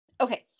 Okay